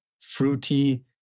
fruity